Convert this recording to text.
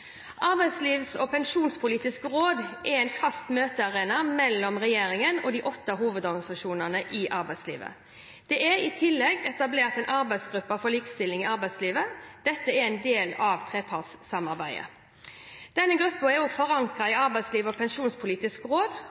Arbeidslivs- og pensjonspolitisk råd er en fast møtearena mellom regjeringen og de åtte hovedorganisasjonene i arbeidslivet. Det er i tillegg etablert en arbeidsgruppe for likestilling i arbeidslivet. Dette er en del av trepartssamarbeidet. Denne gruppen er forankret i Arbeidslivs- og pensjonspolitisk råd.